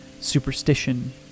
superstition